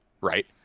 right